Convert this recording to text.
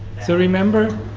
so remember,